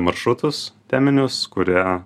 maršrutus teminius kurie